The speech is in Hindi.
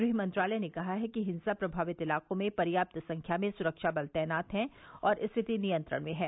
गृह मंत्रालय ने कहा है कि हिंसा प्रभावित इलाकों में पर्याप्त संख्या में सुरक्षाबल तैनात हैं और स्थिति नियंत्रण में है